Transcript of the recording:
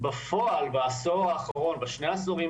בפועל בעשור האחרון או בשני העשורים